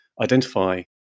identify